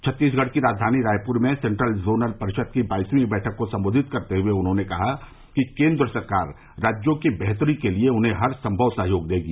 छत्तीसगढ़ की राजधानी रायपुर में सेंट्रल जोनल परिषद की बाईसवीं बैठक को संबोधित करते हुए उन्होंने कहा कि केंद्र सरकार राज्यों की बेहतरी के लिए उन्हें हर संभव सहयोग देगी